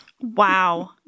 Wow